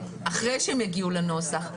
אחרי שהם יגיעו לנוסח,